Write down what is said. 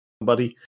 buddy